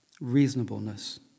Reasonableness